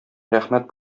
рәхмәт